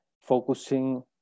focusing